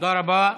תודה רבה.